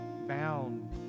bound